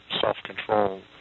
self-control